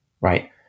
right